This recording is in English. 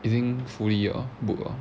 已经 fully liao book ah